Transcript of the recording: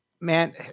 man